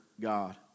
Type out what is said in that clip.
God